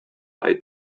eye